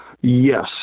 Yes